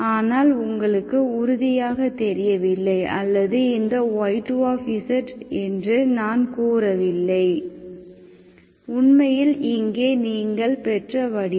ஆனால் உங்களுக்கு உறுதியாக தெரியவில்லை அல்லது இந்த y2 என்று நான் கூறவில்லை உண்மையில் இங்கே நீங்கள் பெற்ற வடிவம்